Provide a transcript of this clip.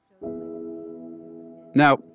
Now